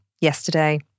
yesterday